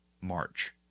march